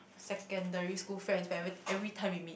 secondary school friends when every everytime we meet